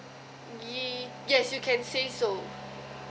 y~ yes you can say so